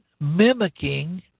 mimicking